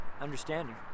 understanding